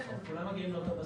כולם מגיעים לאותו סכום.